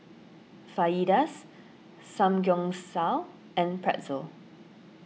Fajitas Samgyeopsal and Pretzel